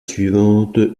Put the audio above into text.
suivante